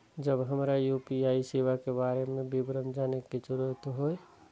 जब हमरा यू.पी.आई सेवा के बारे में विवरण जानय के जरुरत होय?